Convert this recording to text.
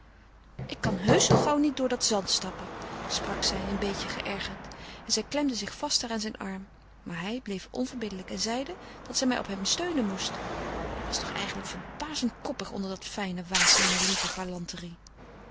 ik kan heusch zoo gauw niet door dat zand stappen sprak zij een beetje geërgerd en zij klemde zich vaster aan zijn arm maar hij bleef onverbiddelijk en zeide dat zij maar op hem steunen moest hij was toch eigenlijk verbazend koppig onder dat fijne waas zijner lieve